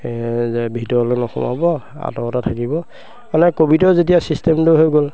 যে ভিতৰলৈ নোসোমাব আঁতৰতে থাকিব মানে ক'ভিডৰ যেতিয়া চিষ্টেমটো হৈ গ'ল